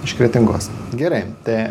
iš kretingos gerai tai